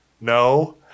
no